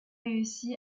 réussi